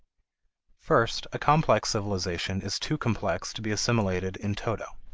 first, a complex civilization is too complex to be assimilated in toto.